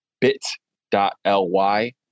bit.ly